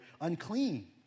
unclean